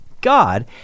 God